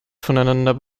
voneinander